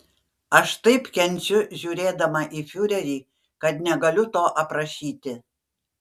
aš taip kenčiu žiūrėdama į fiurerį kad negaliu to aprašyti